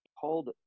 Called